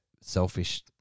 selfish